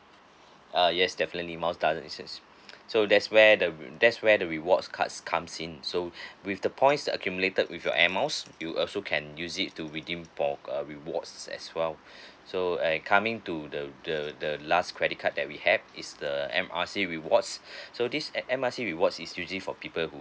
uh yes definitely miles does so that's where the there's where the rewards cards comes in so with the points the accumulated with your air miles you also can use it to redeem for a rewards as well so and coming to the the the last credit card that we have is the M R C rewards so this at M R C rewards is usually for people who